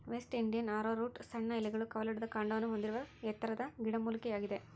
West Indian arrowroot ಸಣ್ಣ ಎಲೆಗಳು ಕವಲೊಡೆದ ಕಾಂಡವನ್ನು ಹೊಂದಿರುವ ಎತ್ತರದ ಗಿಡಮೂಲಿಕೆಯಾಗಿದೆ